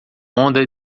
onda